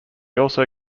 also